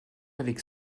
avec